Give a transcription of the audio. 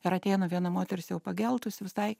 ir ateina viena moteris jau pageltusi visai